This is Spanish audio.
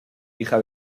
hija